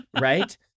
Right